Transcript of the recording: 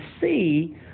see